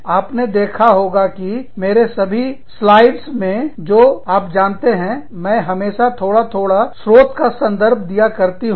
आपने देखा होगा कि मेरे सभी पट्टीकाओं स्लाइड मे जो आप जानते हैं मैं हमेशा थोड़ा थोड़ा स्रोत का संदर्भ दिया करती हूं